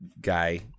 guy